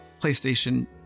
playstation